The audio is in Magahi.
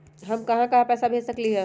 हम कहां कहां पैसा भेज सकली ह?